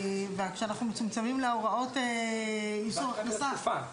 וכשאנחנו מצומצמים להוראות איסור הכנסה.